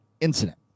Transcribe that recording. incident